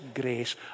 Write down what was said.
grace